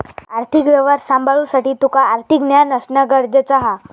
आर्थिक व्यवहार सांभाळुसाठी तुका आर्थिक ज्ञान असणा गरजेचा हा